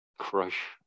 crush